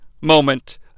moment